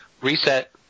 Reset